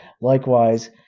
Likewise